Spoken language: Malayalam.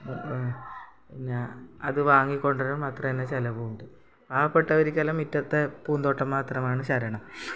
പിന്നെ അത് വാങ്ങി കൊണ്ട് വരാൻ മാത്രം തന്ന ചിലവും ഉണ്ട് പാവപ്പെട്ടവരിക്കെല്ലാം മിറ്റത്തെ പൂന്തോട്ടം മാത്രമാണ് ശരണം